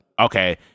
okay